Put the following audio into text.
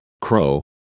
Crow